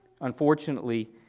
Unfortunately